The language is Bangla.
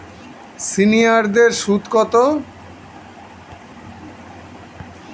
সিনিয়ারদের সুদ কত?